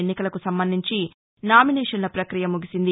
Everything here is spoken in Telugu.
ఎన్నికలకు సంబంధించి నామినేషన్ల ప్రకియ ముగిసింది